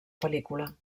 pel·lícula